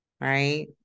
right